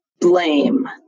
blame